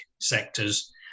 sectors